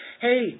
hey